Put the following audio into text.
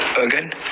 again